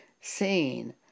seen